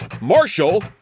Marshall